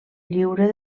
lliure